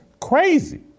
crazy